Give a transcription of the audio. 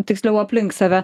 tiksliau aplink save